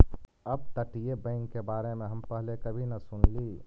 अपतटीय बैंक के बारे में हम पहले कभी न सुनली